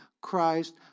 Christ